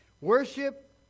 Worship